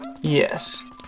Yes